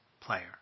player